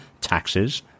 taxes